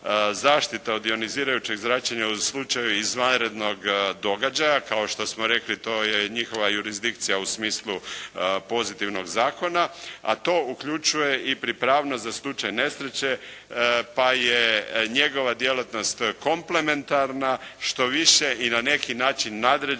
zaštite od ionizirajućeg zračenja u slučaju izvanrednog događaja kao što smo rekli to je njihova jurisdikcija u smislu pozitivnog zakona, a to uključuje i pripravnost za slučaj nesreće pa je njegova djelatnost komplementarna što više i na neki način nadređena